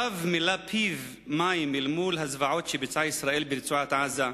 הרב מילא פיו מים אל מול הזוועות שביצעה ישראל ברצועת-עזה.